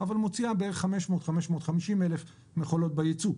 אבל מוציאה 500 אלף עד 550 אלף מכונות בייצוא.